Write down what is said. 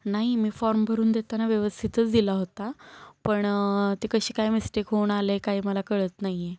नाही मी फॉर्म भरून देताना व्यवस्थितच दिला होता पण ते कशी काय मिस्टेक होऊन आले काय मला कळत नाही आहे